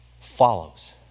follows